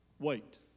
Wait